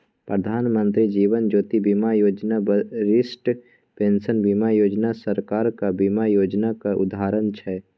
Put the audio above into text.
प्रधानमंत्री जीबन ज्योती बीमा योजना, बरिष्ठ पेंशन बीमा योजना सरकारक बीमा योजनाक उदाहरण छै